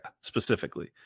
specifically